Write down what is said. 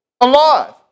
alive